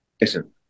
Listen